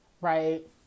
right